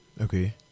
Okay